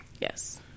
Yes